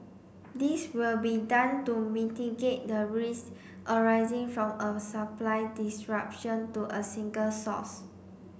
this will be done to mitigate the risk arising from a supply disruption to a single source